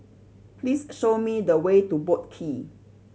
please show me the way to Boat Quay